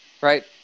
Right